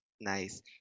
Nice